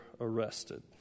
arrested